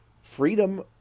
freedom